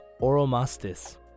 oromastis